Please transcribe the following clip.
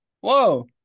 Whoa